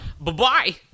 Bye-bye